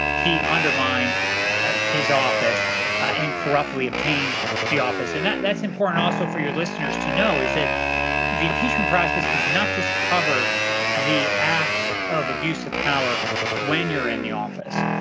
he undermined ah his office ah and corruptly obtained the office. and that's important also for your listeners to know is that the impeachment process does not just cover the acts of abuse of power when you're in the office,